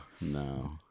no